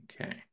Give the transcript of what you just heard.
Okay